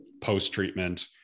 post-treatment